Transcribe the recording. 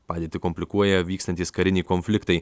padėtį komplikuoja vykstantys kariniai konfliktai